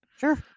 sure